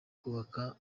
kubaka